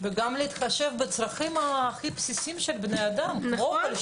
וגם להתחשב בצרכים הכי בסיסיים של בני אדם: אוכל,